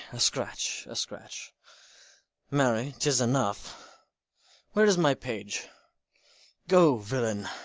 a scratch, a scratch marry, tis enough where is my page go, villain,